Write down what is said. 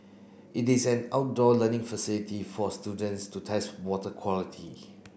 it is an outdoor learning facility for students to test water quality